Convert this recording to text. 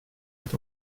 est